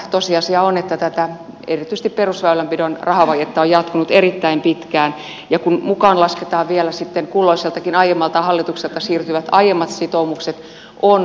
tosiasia on että erityisesti tätä perusväylänpidon rahavajetta on jatkunut erittäin pitkään ja kun mukaan lasketaan vielä sitten kulloiseltakin aiemmalta hallitukselta siirtyvät aiemmat sitoumukset on pelivaraa vähän